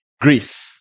Greece